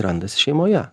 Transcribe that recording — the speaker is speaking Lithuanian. randasi šeimoje